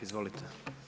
Izvolite.